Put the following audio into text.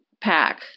pack